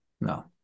no